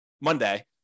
monday